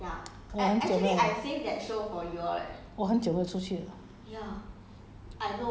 mm maybe we should go and see busan 我很久没有